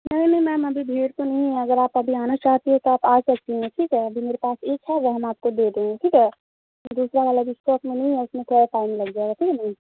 نہیں نہیں میم ابھی بھیڑ تو نہیں ہے اگر آپ ابھی آنا چاہتی ہیں تو آپ آ سکتی ہیں ٹھیک ہے ابھی میرے پاس ایک ہے جو ہم آپ کو دے دیں گے ٹھیک ہے دوسرا والا ابھی اسٹاک میں نہیں ہے اس میں تھوڑا ٹائم لگ جائے گا ٹھیک ہے نا